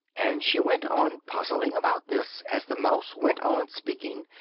and she went on puzzling about this as the mouse went on speaking,